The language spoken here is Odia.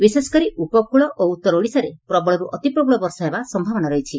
ବିଶେଷକରି ଉପକକଳ ଓ ଉତ୍ତର ଓଡ଼ିଶାରେ ପ୍ରବଳରୁ ଅତିପ୍ରବଳ ବର୍ଷା ହେବା ସୟାବନା ରହିଛି